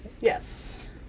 Yes